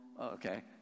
Okay